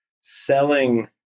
selling